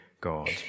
god